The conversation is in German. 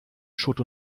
schutt